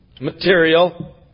material